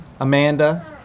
Amanda